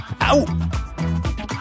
out